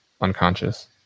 unconscious